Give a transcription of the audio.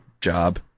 job